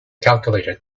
calculator